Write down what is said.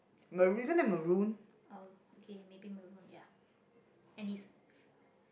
oh okay maybe maroon ya